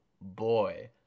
boy